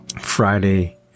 Friday